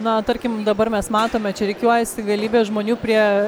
na tarkim dabar mes matome čia rikiuojasi galybė žmonių prie